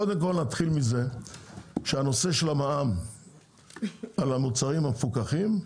קודם כל נתחיל מזה שהנושא של המע"מ על המוצרים המפוקחים,